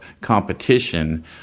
competition